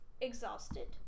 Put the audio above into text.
exhausted